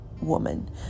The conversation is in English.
woman